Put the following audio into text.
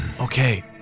Okay